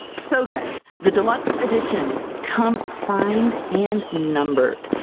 so guys the deluxe editions come signed and numbered!